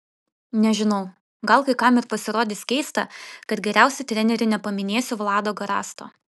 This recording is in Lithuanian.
nežinau gal kai kam ir pasirodys keista kad geriausiu treneriu nepaminėsiu vlado garasto